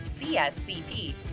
CSCP